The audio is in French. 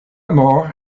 mort